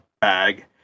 bag